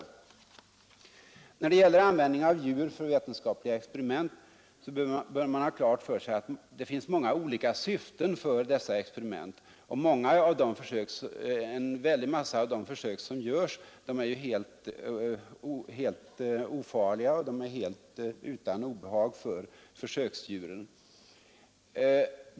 Man bör ha klart för sig att de vetenskapliga experimenten med användning av djur har många olika syften. En väldig massa av de försök som görs är helt ofarliga och medför inga obehag för försöksdjuren.